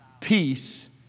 Peace